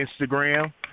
Instagram